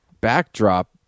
backdrop